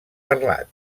parlat